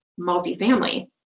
multifamily